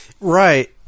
right